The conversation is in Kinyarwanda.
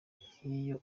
nk’iyo